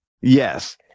Yes